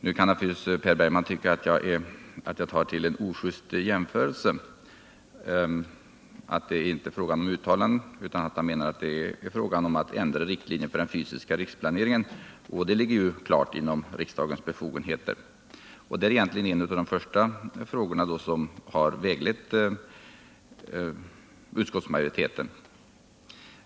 Naturligtvis kan Per Bergman tycka att jag gör en ojust jämförelse. Han menar nog att det inte är fråga om att göra uttalanden utan att det är fråga om att ändra riktlinjerna för den fysiska riksplaneringen, något som klart hör till riksdagens befogenheter. Det är egentligen en av de första frågorna som har väglett utskottsmajoriteten.